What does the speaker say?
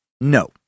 No